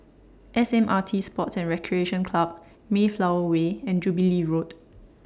S M R T Sports and Recreation Club Mayflower Way and Jubilee Road